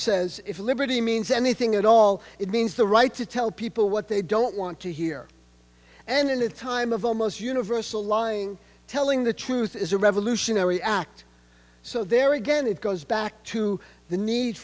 says if liberty means anything at all it means the right to tell people what they don't want to hear and in a time of almost universal lying telling the truth is a revolutionary act so there again it goes back to the need